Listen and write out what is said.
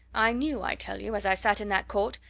i knew, i tell you, as i sat in that court,